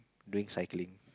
doing cycling